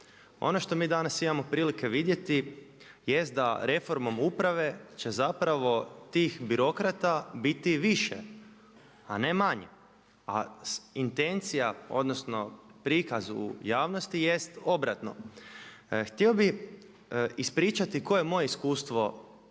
Ono što mi danas imamo prilike vidjeti jest da reformom uprave će zapravo tih birokrata biti više, a ne manje. A intencija odnosno prikaz u javnosti jest obratno. Htio bi ispričati koje je moje iskustvo